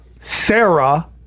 Sarah